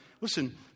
Listen